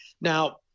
Now